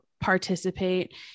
participate